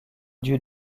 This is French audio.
dieu